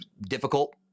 difficult